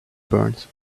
burns